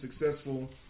successful